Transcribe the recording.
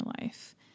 life